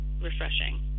refreshing